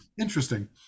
interesting